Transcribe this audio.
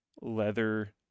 leather